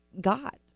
got